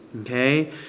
okay